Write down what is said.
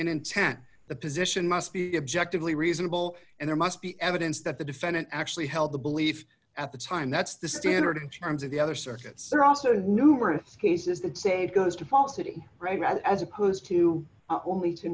intent the position must be objectively reasonable and there must be evidence that the defendant actually held the belief at the time that's the standard in terms of the other circuits there are also numerous cases that state goes to falsity right as opposed to